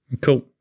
Cool